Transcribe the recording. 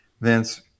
Vince